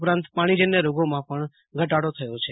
ઉપરાત પાણીજન્ય રોગોમાં ઘટાડો થયો છે